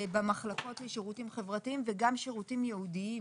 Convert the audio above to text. במחלקות לשירותים חברתיים וגם שירותים ייעודיים